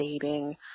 dating